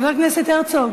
חבר הכנסת הרצוג,